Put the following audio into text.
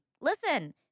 Listen